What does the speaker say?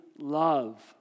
love